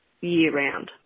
year-round